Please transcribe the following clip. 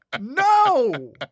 No